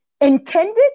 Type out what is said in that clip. intended